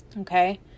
Okay